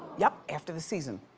yup, after the season.